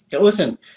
listen